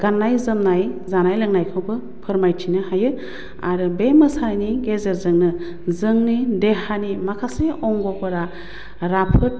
गान्नाय जोमनाय जानाय लोंनायखौबो फोरमायथिनो हायो आरो बे मोसानायनि गेजेरजोंनो जोंनि देहानि माखासे अंग'फोरा राफोद